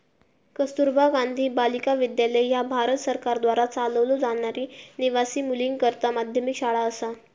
कस्तुरबा गांधी बालिका विद्यालय ह्या भारत सरकारद्वारा चालवलो जाणारी निवासी मुलींकरता माध्यमिक शाळा असा